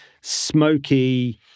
smoky